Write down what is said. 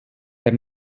der